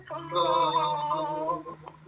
love